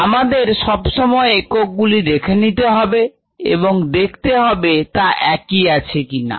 আমাদের সবসময় একক গুলি দেখে নিতে হবে এবং দেখতে হবে তা একই আছে কিনা